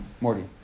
Morty